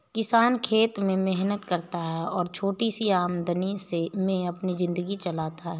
किसान खेत में मेहनत करता है और छोटी सी आमदनी में अपनी जिंदगी चलाता है